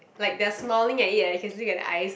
like they're smiling at it eh you can look at the eyes